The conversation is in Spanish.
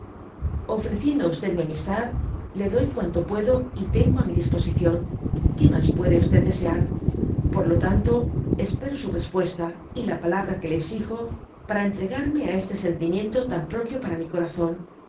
ofreciendo á mi amistad le doy cuanto puedo y tengo á mi disposición qué mas puede desear por lo tanto espero su respuesta y la palabra que le exígo para entregarme á este sentimiento tan propio para mi corazón